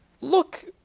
Look